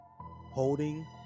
holding